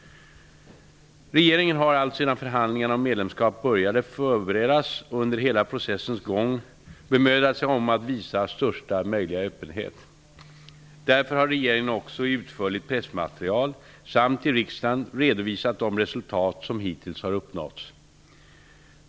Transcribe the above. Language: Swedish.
Regeringen har alltsedan förhandlingarna om medlemskap började förberedas och under hela processens gång bemödat sig om att visa största möjliga öppenhet. Därför har regeringen också i ett utförligt pressmaterial samt i riksdagen redovisat de resultat som hittills uppnåtts.